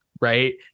right